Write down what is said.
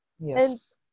Yes